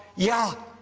yeah,